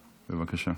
בבקשה.